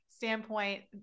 standpoint